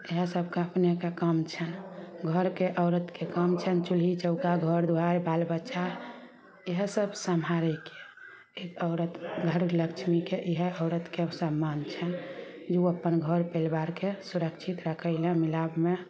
इएहे सभके अपनेके काम छनि घरके औरतके काम छनि चुल्ही चौका घर दुआरि बाल बच्चा इएह सभ समहारैके एक औरत घर लछमी के इहे औरत के सम्मान छैन कि उ अपन घर पलिवार के सुरक्षित रखै लऽ मिलाव मे